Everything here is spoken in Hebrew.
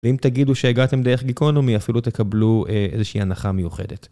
ואם תגידו שהגעתם דרך גיקונומי אפילו תקבלו איזושהי הנחה מיוחדת.